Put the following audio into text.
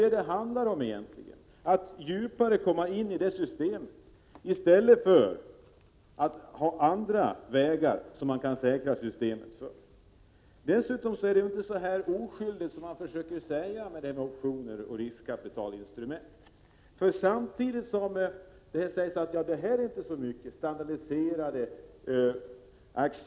Det är ju detta som det egentligen handlar om: att djupare komma in i den spekulationen i stället för att på annat sätt säkra systemet. Dessutom är detta med optioner och riskkapital inte så oskyldigt som man försöker framställa det.